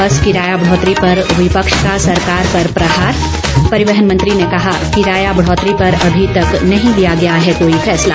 बस किराया बढ़ोतरी पर विपक्ष का सरकार पर प्रहार परिवहन मंत्री ने कहा किराया बढ़ोतरी पर अभी तक नहीं लिया गया है कोई फैसला